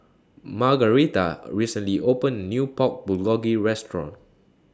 Margaretha recently opened A New Pork Bulgogi Restaurant